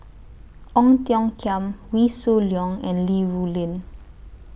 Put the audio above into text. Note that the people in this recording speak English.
Ong Tiong Khiam Wee Shoo Leong and Li Rulin